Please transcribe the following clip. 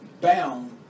bound